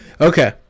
Okay